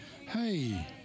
hey